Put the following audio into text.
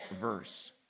verse